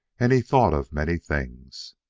and he thought of many things.